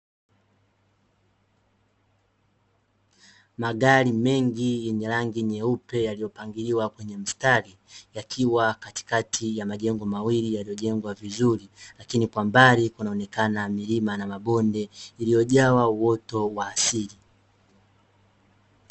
Magari mengi yenye rangi nyeupe yaliyopangiliwa kwenye mstari, yakiwa katikati ya majengo mawili yaliyojengwa vizuri. Lakini kwa mbali kunaonekana milima na mabonde iliyojawa uoto wa asili.